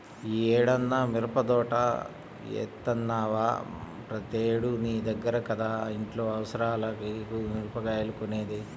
యీ ఏడన్నా మిరపదోట యేత్తన్నవా, ప్రతేడూ నీ దగ్గర కదా ఇంట్లో అవసరాలకి మిరగాయలు కొనేది